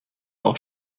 auch